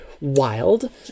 Wild